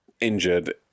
injured